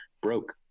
broke